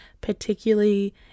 particularly